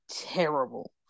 terrible